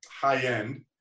high-end